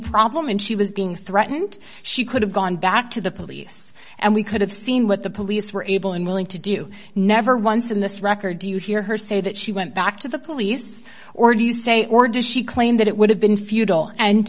problem and she was being threatened she could have gone back to the police and we could have seen what the police were able and willing to do you never once in this record do you hear her say that she went back to the police or do you say or does she claim that it would have been futile and